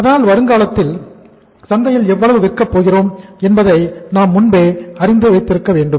அதனால் வருங்காலத்தில் சந்தையில் எவ்வளவு விற்கப் போகிறோம் என்பதை நாம் முன்பே அறிந்து வைத்திருக்க வேண்டும்